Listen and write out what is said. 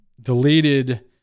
deleted